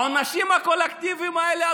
העונשים הקולקטיביים האלה,